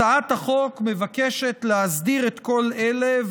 הצעת החוק מבקשת להסדיר את כל אלה,